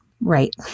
Right